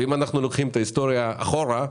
אם אנחנו לוקחים את ההיסטוריה אחורה,